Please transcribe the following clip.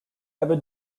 ever